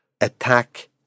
attack